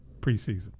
Preseason